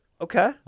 Okay